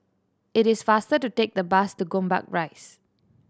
it is faster to take the bus to Gombak Rise